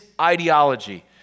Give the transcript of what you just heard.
ideology